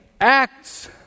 acts